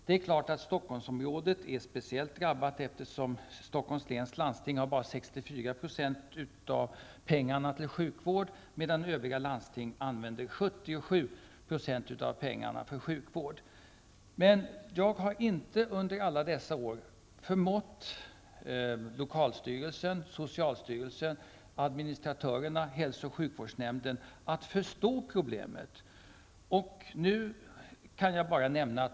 Det är klart att Stockholmsområdet är speciellt drabbat, eftersom Stockholms läns landsting bara har 64 % av tillgängliga medel att lägga på sjukvård, medan övriga landsting använder 77 % av pengarna till sjukvård. Under alla dessa år har jag inte förmått att få vare sig lokalstyrelsen, socialstyrelsen, administratörerna eller hälso och sjukvårdsnämnden att förstå problemet.